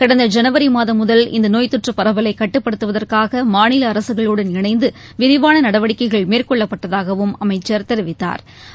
கடந்த ஜனவரி மாதம் முதல் இந்த நோய் தொற்று பரவலை கட்டுப்படுத்துவதற்காக மாநில அரசுகளுடன் இணைந்து விரிவான நடவடிக்கைகள் மேற்கொள்ளப்பட்டதாகவும் அமைச்ச் தெரிவித்தாா்